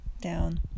down